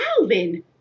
Alvin